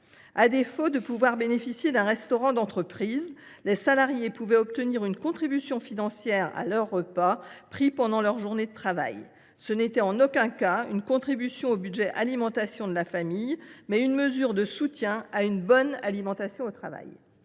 À défaut de pouvoir bénéficier d’un restaurant d’entreprise, les salariés pouvaient obtenir une contribution financière à leur repas pris pendant leur journée de travail. Il s’agissait non pas d’une contribution au budget alimentation de la famille, mais d’une mesure de soutien à une bonne alimentation au travail.